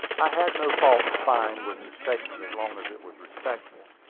i had no fault to find with his statement, as long as it was respectful.